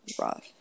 rough